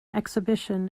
exhibition